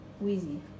Wheezy